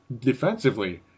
defensively